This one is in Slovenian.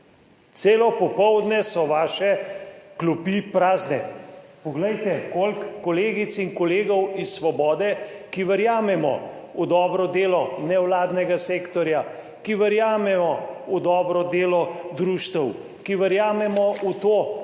Celo popoldne so vaše klopi prazne. Poglejte, koliko kolegic in kolegov iz Svobode, ki verjamemo v dobro delo nevladnega sektorja, ki verjamejo v dobro delo društev, ki verjamemo v to,